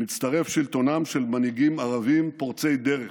מצטרף שלטונם של מנהיגים ערבים פורצי דרך.